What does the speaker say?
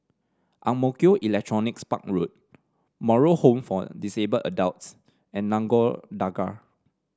Ang Mo Kio Electronics Park Road Moral Home for Disabled Adults and Nagore Dargah